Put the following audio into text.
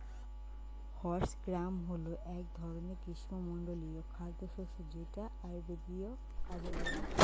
horse gram হল এক ধরনের গ্রীষ্মমণ্ডলীয় খাদ্যশস্য যেটা আয়ুর্বেদীয় কাজে লাগে